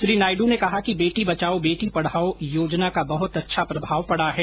श्री नायड् ने कहा कि बेटी बचाओ बेटी पढ़ाओ योजना का बहुत अच्छा प्रभाव पड़ा है